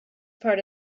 part